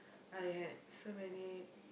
I had so many